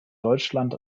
deutschland